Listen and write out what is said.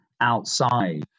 outside